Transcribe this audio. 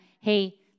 hey